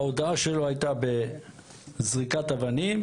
ההודאה שלו הייתה בזריקת אבנים,